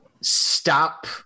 stop